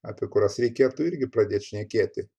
apie kurias reikėtų irgi pradėt šnekėti